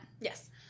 Yes